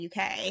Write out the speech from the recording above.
UK